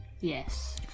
Yes